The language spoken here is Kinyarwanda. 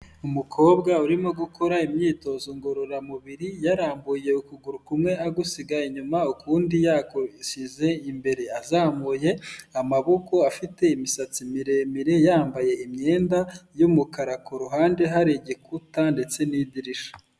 Umukobwa urimo gukora imyitozo ngororamubiri, yarambuye ukuguru kumwe agusiga inyuma ukundi yagushyize imbere, azamuye amaboko afite imisatsi miremire yambaye imyenda y'umukara ku ruhande hari igikuta ndetse n'idirishya.